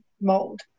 mold